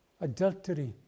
adultery